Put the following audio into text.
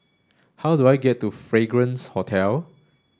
how do I get to Fragrance Hotel